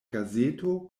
gazeto